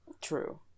True